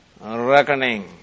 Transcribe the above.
reckoning